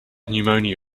pneumonia